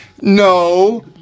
no